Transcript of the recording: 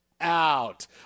out